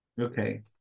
Okay